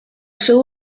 seu